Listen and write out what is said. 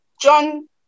John